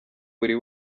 buri